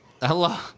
Hello